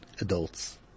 adults